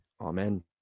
Amen